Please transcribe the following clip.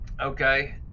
Okay